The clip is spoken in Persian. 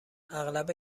اغلب